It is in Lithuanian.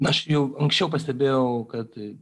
aš jau anksčiau pastebėjau kad